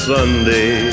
Sunday